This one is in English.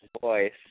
voice